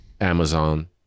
Amazon